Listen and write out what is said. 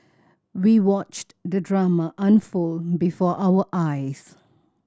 we watched the drama unfold before our eyes